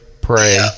pray